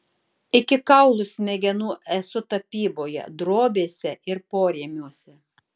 iki kaulų smegenų esu tapyboje drobėse ir porėmiuose